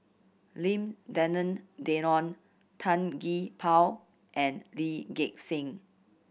Lim Denan Denon Tan Gee Paw and Lee Gek Seng